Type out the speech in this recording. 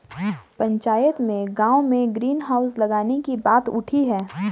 पंचायत में गांव में ग्रीन हाउस लगाने की बात उठी हैं